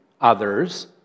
others